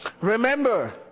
Remember